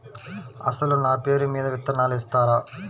అసలు నా పేరు మీద విత్తనాలు ఇస్తారా?